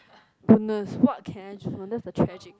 goodness what can I choose that's the tragic